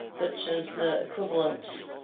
which is the equivalent